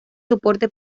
soporte